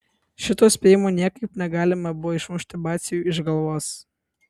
šito spėjimo niekaip negalima buvo išmušti batsiuviui iš galvos